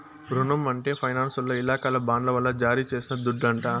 రునం అంటే ఫైనాన్సోల్ల ఇలాకాల బాండ్ల వల్ల జారీ చేసిన దుడ్డంట